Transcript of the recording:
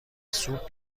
سوپ